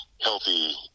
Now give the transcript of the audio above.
healthy